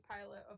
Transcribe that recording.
pilot